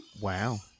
Wow